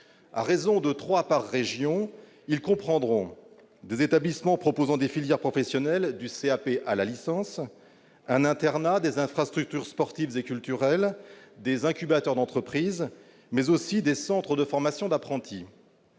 et motiveront les jeunes. Ils comprendront des établissements proposant des filières professionnelles allant du CAP à la licence, un internat, des infrastructures sportives et culturelles, des incubateurs d'entreprises, mais aussi des centres de formation d'apprentis.